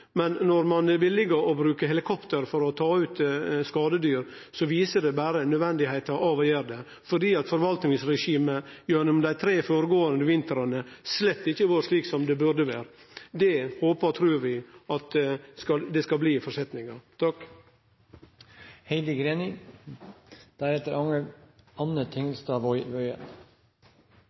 Men når ein vil bruke helikopter for å ta ut skadedyr, viser det berre kor nødvendig det er å gjere det, fordi forvaltningsregimet gjennom dei tre føregåande vintrane slett ikkje har vore slik som det burde vere. Det håpar og trur vi at det skal bli